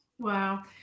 Wow